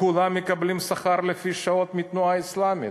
כולם מקבלים שכר לפי שעות מהתנועה האסלאמית.